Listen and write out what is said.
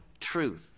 truth